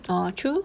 oh true